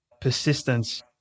persistence